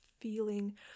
feeling